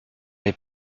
les